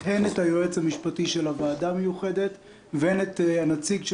אני מצטט הן את היועץ המשפטי של הוועדה המיוחדת והן את הנציג של